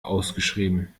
ausgeschrieben